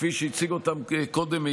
כפי שהציג אותם קודם,